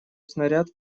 снаряд